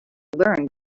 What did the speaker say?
learned